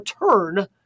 return